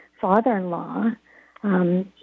father-in-law